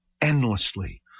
endlessly